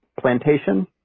plantation